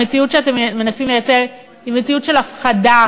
המציאות שאתם מנסים לייצר היא מציאות של הפחדה